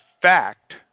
fact